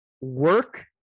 work